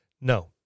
No